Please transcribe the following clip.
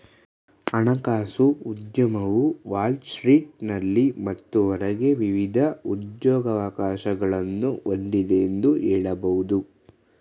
ಹಣಕಾಸು ಉದ್ಯಮವು ವಾಲ್ ಸ್ಟ್ರೀಟ್ನಲ್ಲಿ ಮತ್ತು ಹೊರಗೆ ವಿವಿಧ ಉದ್ಯೋಗವಕಾಶಗಳನ್ನ ಹೊಂದಿದೆ ಎಂದು ಹೇಳಬಹುದು